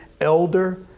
elder